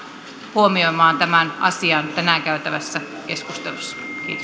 huomioimaan tämän asian tänään käytävässä keskustelussa